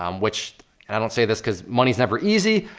um which, and i don't say this cause money's never easy,